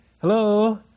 Hello